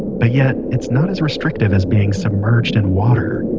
but yet it's not as restrictive as being submerged in water